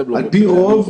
על פי רוב,